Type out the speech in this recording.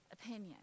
opinion